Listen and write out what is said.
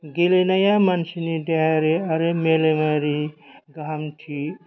गेलेनाया मानसिनि देहायारि आरो मेलेमारि गाहामथि